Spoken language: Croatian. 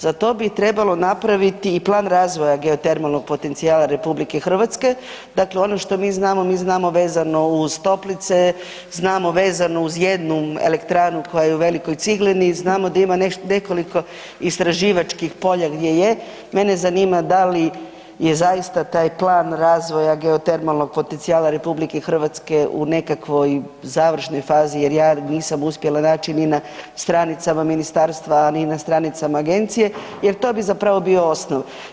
Za to bi trebalo napraviti i plan razvoja geotermalnog potencijala Republike Hrvatske, dakle ono što mi znamo, mi znamo vezano uz toplice, znamo vezano uz jednu elektranu koja je u Velikoj Ciglini, znamo da ima nekoliko istraživačkih polja gdje je, mene zanima da li je zaista taj Plan razvoja geotermalnog potencijala Republike Hrvatske u nekakvoj završnoj fazi, jer ja nisam uspjela naći ni na stranicama Ministarstva, ni na stranicama Agencije, jer to bi zapravo bio osnov.